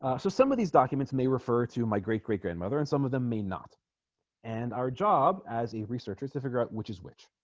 ah so some of these documents may refer to my great-great-grandmother and some of them may not and our job as a researcher is to figure out which is which